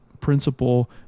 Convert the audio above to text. principle